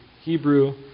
Hebrew